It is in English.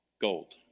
gold